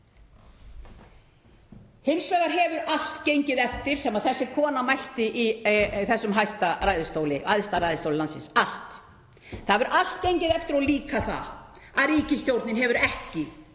Hins vegar hefur allt gengið eftir sem þessi kona mælti í þessum æðsta ræðustóli landsins. Það hefur allt gengið eftir og líka það að ríkisstjórnin hefur ekki